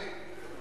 דני,